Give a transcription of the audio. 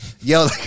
Yo